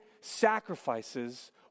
sacrifices